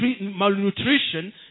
malnutrition